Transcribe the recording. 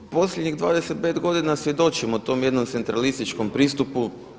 Posljednjih 25 godina svjedočimo tom jednom centralističkom pristupu.